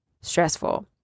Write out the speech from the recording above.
stressful